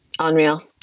Unreal